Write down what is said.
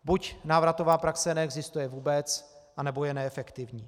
Buď návratová praxe neexistuje vůbec, anebo je neefektivní.